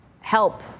help